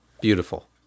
beautiful